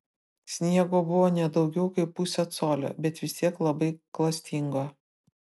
sniego buvo ne daugiau kaip pusė colio bet vis tiek labai klastingo